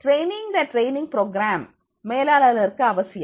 train the training programme மேலாளர்களுக்கு அவசியம்